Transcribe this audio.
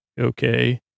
Okay